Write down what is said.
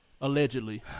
Allegedly